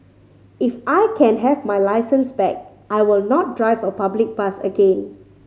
if I can have my licence back I will not drive a public bus again